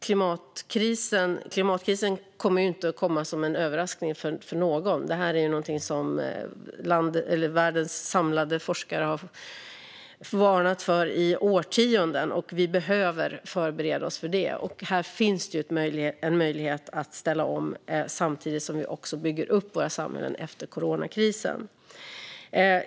Klimatkrisen kommer inte att komma som en överraskning för någon. Det här är någonting som världens samlade forskare har varnat för i årtionden. Vi behöver förbereda oss för det, och här finns en möjlighet att ställa om samtidigt som vi också bygger upp våra samhällen efter coronakrisen.